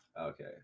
Okay